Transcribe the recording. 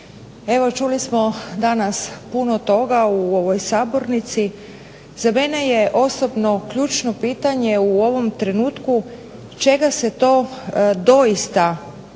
čuli smo danas puno toga u ovoj sabornici. Za mene je osobno ključno pitanje u ovom trenutku čega se to doista trebamo